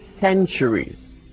centuries